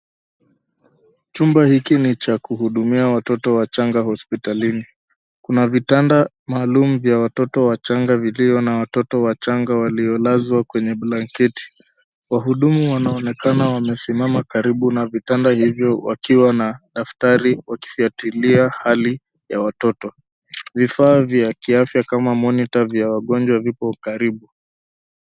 Chumba hiki ni cha kuhudumia watoto wachanga hospitalini. Kuna vitanda maalumu vya watoto wachanga vilivyo na watoto wachanga waliolazwa kwenye blanketi. Wahudumu wanaonekana wamesimama karibu na vitanda hivyo wakiwa na daftari wakifuatilia hali ya watoto. Vifaa vya kiafya kama monita vya wagonjwa viko karibu.